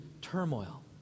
turmoil